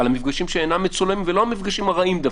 על המפגשים שאינם מצולמים ולא המפגשים הרעים דווקא,